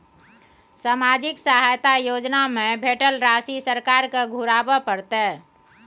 सामाजिक सहायता योजना में भेटल राशि सरकार के घुराबै परतै?